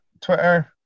Twitter